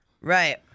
Right